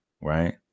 Right